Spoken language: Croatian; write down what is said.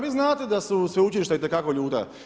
Vi znate da su sveučilišta itekako ljuta.